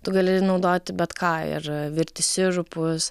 tu gali naudoti bet ką ir virti sirupus